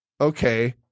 okay